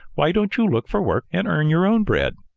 why don't you look for work and earn your own bread?